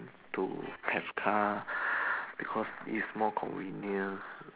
to have car because its more convenient